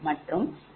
மற்றும் L21